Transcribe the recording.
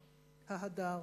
ההדר.